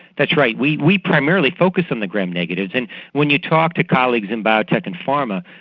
that's right, we we primarily focus on the gram-negatives, and when you talk to colleagues in biotech and pharma,